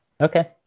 Okay